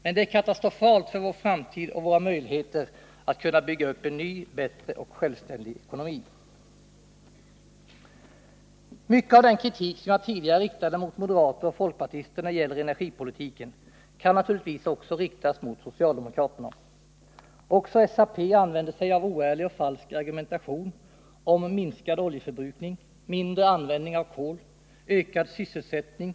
Men det är katastrofalt för vår framtid och för våra möjligheter att bygga upp en ny, bättre och självständig ekonomi. Mycket av den kritik som jag tidigare riktade mot moderater och folkpartister när det gäller energipolitiken kan naturligtvis också riktas mot socialdemokraterna. Också SAP använde sig av oärlig och falsk argumentation om minskad oljeförbrukning, mindre användning av kol och ökad sysselsättning.